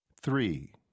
Three